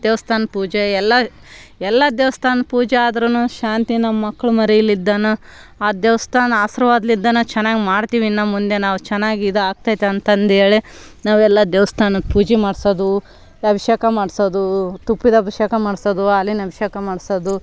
ದೇವಸ್ಥಾನ ಪೂಜೆ ಎಲ್ಲ ಎಲ್ಲ ದೇವಸ್ಥಾನದ ಪೂಜೆ ಆದ್ರೂ ಶಾಂತಿ ನಮ್ಮ ಮಕ್ಳು ಮರಿಯಿಂದನೆ ಆ ದೇವಸ್ಥಾನ ಆಶೀರ್ವಾದ್ಲಿಂದನೇ ಚೆನ್ನಾಗಿ ಮಾಡ್ತೀವಿ ಇನ್ನು ಮುಂದೆ ನಾವು ಚೆನ್ನಾಗಿ ಇದು ಆಕ್ತೈತೆ ಅಂತಂದು ಹೇಳಿ ನಾವೆಲ್ಲ ದೇವಸ್ಥಾನಕ್ಕೆ ಪೂಜೆ ಮಾಡ್ಸೋದು ಅಭಿಷೇಕ ಮಾಡ್ಸೋದು ತುಪ್ಪದ ಅಭಿಷೇಕ ಮಾಡ್ಸೋದು ಹಾಲಿನ ಅಭಿಷೇಕ ಮಾಡ್ಸೋದು